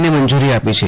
ને મંજૂરી આપી છે